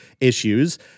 issues